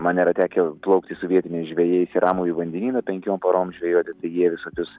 man yra tekę plaukti su vietiniais žvejais į ramųjį vandenyną penkiom parom žvejoti tai jie visokius